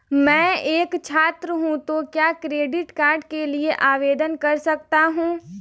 मैं एक छात्र हूँ तो क्या क्रेडिट कार्ड के लिए आवेदन कर सकता हूँ?